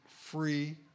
free